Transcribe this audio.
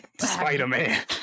Spider-Man